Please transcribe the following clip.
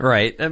Right